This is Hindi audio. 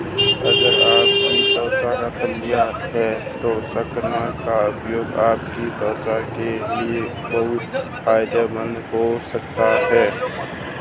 अगर आपकी त्वचा तैलीय है तो शकरकंद का उपयोग आपकी त्वचा के लिए बहुत फायदेमंद हो सकता है